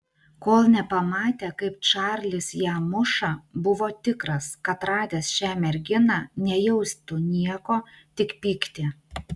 kol nepamatė kaip čarlis ją muša buvo tikras kad radęs šią merginą nejaustų nieko tik pyktį